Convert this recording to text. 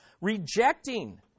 rejecting